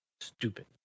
Stupid